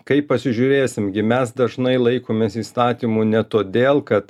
kaip pasižiūrėsim gi mes dažnai laikomės įstatymų ne todėl kad